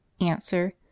Answer